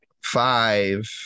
five